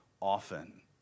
often